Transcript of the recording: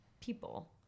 people